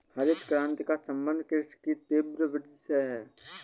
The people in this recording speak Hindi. हरित क्रान्ति का सम्बन्ध कृषि की तीव्र वृद्धि से है